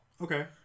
okay